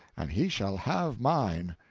and he shall have mine.